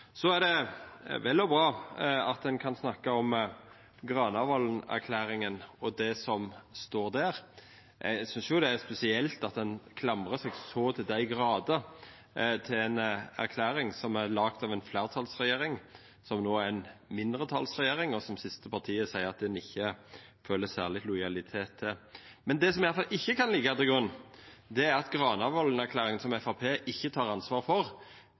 er vel og bra at ein kan snakka om Granavolden-plattforma og det som står der. Eg synest det er spesielt at ein klamrar seg så til dei grader til ei plattform som er laga av ei fleirtalsregjering som no er ei mindretalsregjering, og som det siste partiet seier at ein ikkje føler særleg lojalitet til. Men det som iallfall ikkje kan liggja til grunn, er at Granavolden-plattforma, som Framstegspartiet ikkje tek ansvar for,